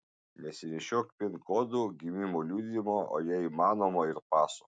nesinešiok pin kodų gimimo liudijimo o jei įmanoma ir paso